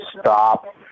stop